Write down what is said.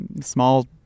small